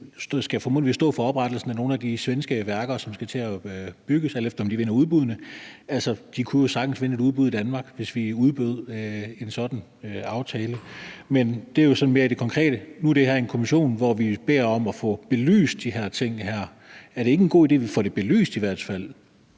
og skal formodentlig stå for oprettelsen af nogle af de svenske værker, som skal til at bygges, alt efter om de vinder udbuddene. De kunne jo sagtens vinde et udbud i Danmark, hvis vi udbød en sådan aftale, men det handler jo sådan mere om det konkrete. Nu handler det her om en kommission, hvor vi beder om at få belyst de her ting. Er det ikke en god idé, at vi i hvert fald